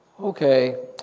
Okay